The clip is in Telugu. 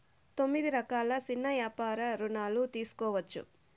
తొమ్మిది రకాల సిన్న యాపార రుణాలు తీసుకోవచ్చు